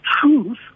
truth